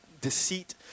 deceit